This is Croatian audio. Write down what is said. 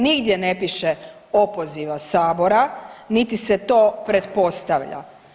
Nigdje ne piše opoziva sabora niti se to pretpostavlja.